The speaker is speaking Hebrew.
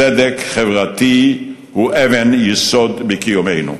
צדק חברתי הוא אבן יסוד בקיומנו.